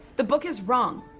the book is wrong.